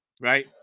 right